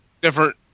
Different